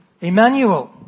Emmanuel